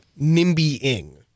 nimby-ing